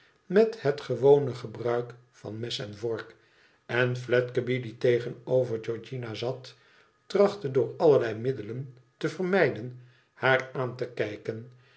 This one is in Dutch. met het gewone gebruik van mes en vork en fiedgeby die tegenover georgiana zat trachtte door allerlei middelen te vermijden haar aan te kijken